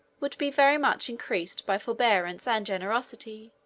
would be very much increased by forbearance and generosity,